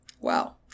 Wow